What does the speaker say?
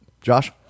Josh